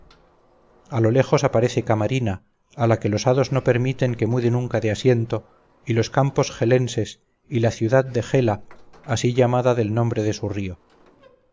a lo lejos aparece camarina a la que los hados no permiten que mude nunca de asiento y los campos gelenses y la gran ciudad de gela así llamada del nombre de su río